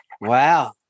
Wow